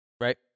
Right